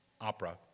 opera